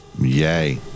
yay